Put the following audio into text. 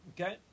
Okay